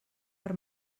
per